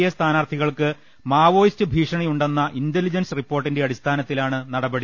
A സ്ഥാനാർത്ഥികൾക്ക് Maoist ഭീഷണി ഉണ്ടെന്ന ഇന്റലിജൻസ് റിപ്പോർട്ടിന്റെ അടിസ്ഥാനത്തിലാണ് നടപടി